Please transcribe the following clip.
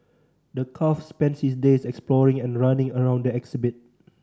the calf spends his days exploring and running around the exhibit